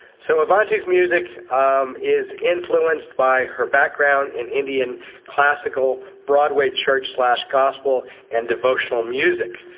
so avanti's music um is influenced by her background in indian classical, broadway church gospel and devotional music.